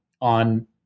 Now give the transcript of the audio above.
on